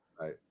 Right